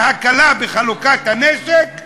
להקלה בחלוקת הנשק,